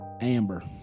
Amber